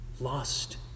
lost